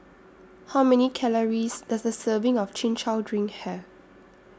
How Many Calories Does A Serving of Chin Chow Drink Have